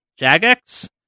Jagex